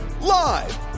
Live